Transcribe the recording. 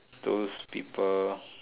those people